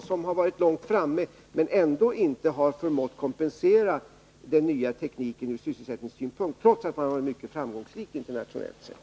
Där har man legat långt framme, men man har — trots att man internationellt sett har varit mycket framgångsrik — ändå inte förmått kompensera den nya tekniken från sysselsättningssynpunkt.